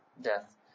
death